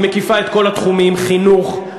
היא מקיפה את כל התחומים: חינוך,